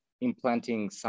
implanting